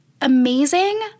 amazing